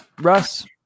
Russ